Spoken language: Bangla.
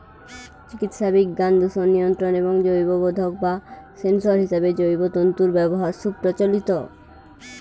চিকিৎসাবিজ্ঞান, দূষণ নিয়ন্ত্রণ এবং জৈববোধক বা সেন্সর হিসেবে জৈব তন্তুর ব্যবহার সুপ্রচলিত